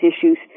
issues